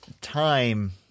time